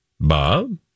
Bob